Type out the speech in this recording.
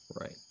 Right